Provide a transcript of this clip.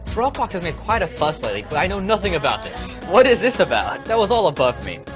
dropbox had made quite a fuss lately, but i know nothing about this. what is this about? that was all above me.